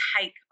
take